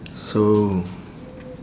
so